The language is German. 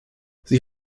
sie